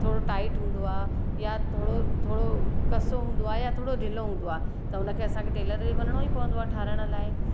थोरो टाइट हूंदो आहे या थोरो थोरो कसो हूंदो आहे या थोरो ढीलो हूंदो आहे त उन खे असांखे टेलर ते वञिणो ई पवंदो आहे ठाहिराइण लाइ